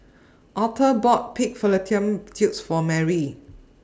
Auther bought Pig Fallopian Tubes For Merrily